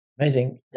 Amazing